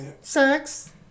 Sex